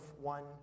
one